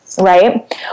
right